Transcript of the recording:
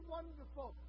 Wonderful